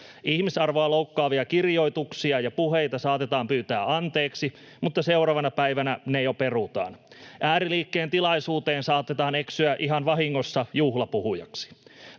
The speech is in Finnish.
Ihmisarvoa loukkaavia kirjoituksia ja puheita saatetaan pyytää anteeksi, mutta seuraavana päivänä se jo perutaan. Ääriliikkeen tilaisuuteen saatetaan eksyä ihan vahingossa juhlapuhujaksi.